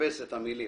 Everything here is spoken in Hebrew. לכבס את המילים.